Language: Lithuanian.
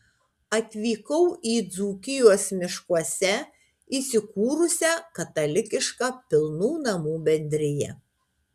atvykau į dzūkijos miškuose įsikūrusią katalikišką pilnų namų bendriją